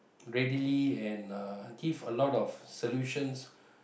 readily and uh give a lot of solutions